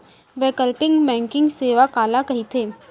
वैकल्पिक बैंकिंग सेवा काला कहिथे?